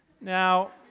Now